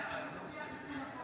בהצבעה